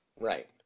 Right